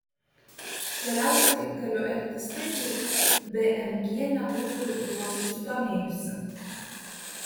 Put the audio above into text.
galiausiai galiu elgtis taip lyg bmg nebūtų juo susidomėjusi